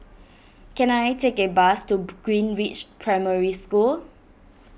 can I take a bus to Greenridge Primary School